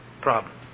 problems